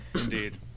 Indeed